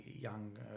young